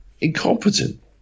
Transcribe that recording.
incompetent